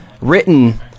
written